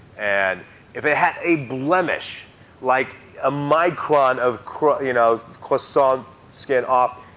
and if it had a blemish like a micron of croissant you know croissant skin off,